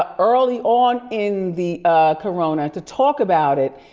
ah early on in the corona, to talk about it.